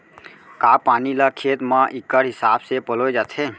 का पानी ला खेत म इक्कड़ हिसाब से पलोय जाथे?